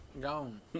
Gone